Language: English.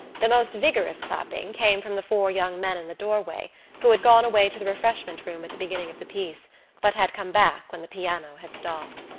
the most vigorous clapping came from the four young men in the doorway who had gone away to the refreshment-room at the beginning of the piece but had come back when the piano had stopped.